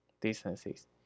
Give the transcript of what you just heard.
distances